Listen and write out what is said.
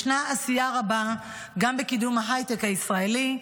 ישנה עשייה רבה גם בקידום ההייטק הישראלי.